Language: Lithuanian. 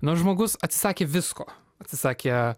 nors žmogus atsisakė visko atsisakė